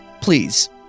please